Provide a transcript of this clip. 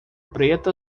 preta